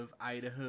Idaho